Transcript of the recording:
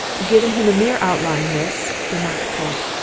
given him a mere outline, miss, remarked polke.